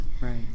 Right